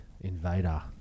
Invader